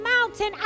mountain